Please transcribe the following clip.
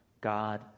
God